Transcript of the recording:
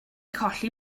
colli